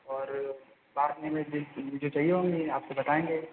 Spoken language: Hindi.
और बाद में जो मुझे चाहिए होंगे आपसे बताएंगे